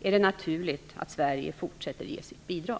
är det naturligt att Sverige fortsätter att ge sitt bidrag.